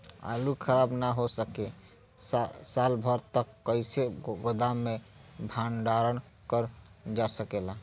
आलू खराब न हो सके साल भर तक कइसे गोदाम मे भण्डारण कर जा सकेला?